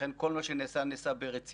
לכן כל מה שנעשה, נעשה ברציפות